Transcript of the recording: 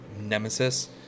nemesis